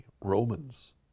Romans